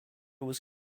was